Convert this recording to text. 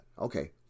Okay